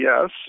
yes